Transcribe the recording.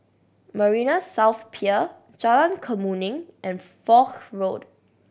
Marina South Pier Jalan Kemuning and Foch Road